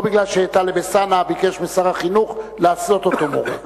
לא מפני שטלב אלסאנע ביקש משר החינוך לעשות אותו מורה.